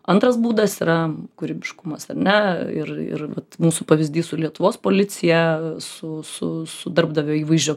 antras būdas yra kūrybiškumas ar ne ir mūsų pavyzdys su lietuvos policija su darbdavio įvaizdžio